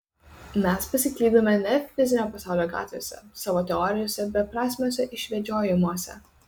mes pasiklydome ne fizinio pasaulio gatvėse savo teorijose beprasmiuose išvedžiojimuose